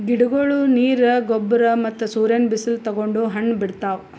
ಗಿಡಗೊಳ್ ನೀರ್, ಗೊಬ್ಬರ್ ಮತ್ತ್ ಸೂರ್ಯನ್ ಬಿಸಿಲ್ ತಗೊಂಡ್ ಹಣ್ಣ್ ಬಿಡ್ತಾವ್